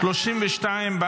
התשפ"ה 2024,